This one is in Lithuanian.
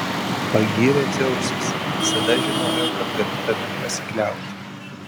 pagyrė dzeusas visada žinojau kad galiu tavimi pasikliauti